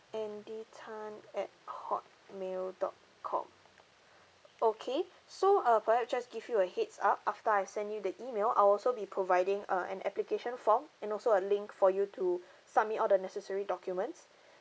andy tan at hotmail dot com okay so uh perhaps just give you a heads up after I send you the email I'll also be providing a an application form and also a link for you to submit all the necessary documents